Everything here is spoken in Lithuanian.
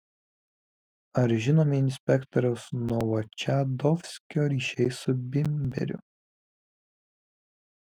ar žinomi inspektoriaus novočadovskio ryšiai su bimberiu